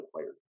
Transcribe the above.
fired